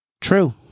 True